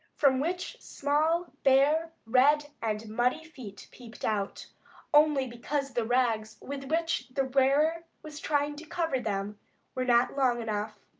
from which small, bare, red and muddy feet peeped out only because the rags with which the wearer was trying to cover them were not long enough.